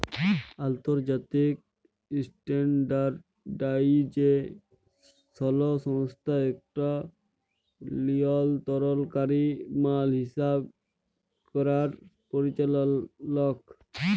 আলতর্জাতিক ইসট্যানডারডাইজেসল সংস্থা ইকট লিয়লতরলকারি মাল হিসাব ক্যরার পরিচালক